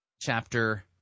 chapter